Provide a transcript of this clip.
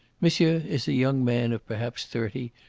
monsieur is a young man of perhaps thirty,